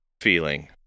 feeling